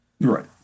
Right